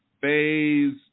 phase